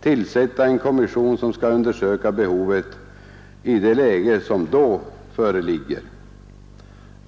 tillsätta en kommission som skall undersöka behovet i det läge som då föreligger.